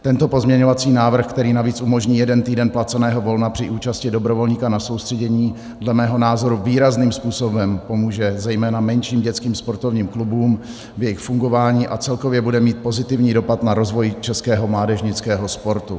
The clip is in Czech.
Tento pozměňovací návrh, který navíc umožní jeden týden placeného volna při účasti dobrovolníka na soustředění, dle mého názoru výrazným způsobem pomůže zejména menším dětským sportovním klubům v jejich fungování a celkově bude mít pozitivní dopad na rozvoj českého mládežnického sportu.